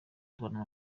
tubona